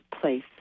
place